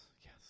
Yes